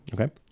Okay